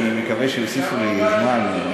אני מקווה שיוסיפו לי זמן.